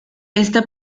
esta